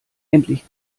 endlich